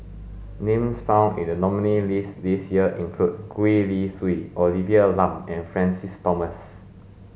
names found in the nominees' list this year include Gwee Li Sui Olivia Lum and Francis Thomas